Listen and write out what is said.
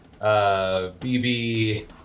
BB